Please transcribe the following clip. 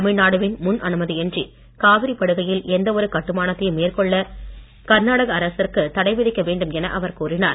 தமிழ்நாடுவின் முன் அனுமதியின்றி காவிரிப் படுகையில் எந்த ஒரு கட்டுமானத்தையும் மேற்கொள்ள கர்நாடக அரசிற்கு தடை விதிக்க வேண்டும் என அவர் கூறினார்